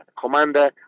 commander